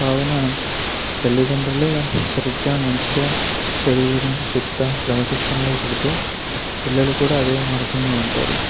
కావున తల్లిదండ్రులే సరిగ్గా మంచిగా చదువు గురించి చెప్తూ క్రమశిక్షణలో పెడితే పిల్లలు కూడా అదే మార్గంలో ఉంటారు